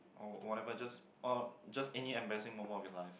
or whatever just or just any embarrassing moment of your life